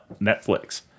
Netflix